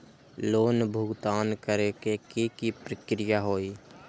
Loan भुगतान करे के की की प्रक्रिया होई?